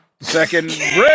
Second